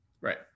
Right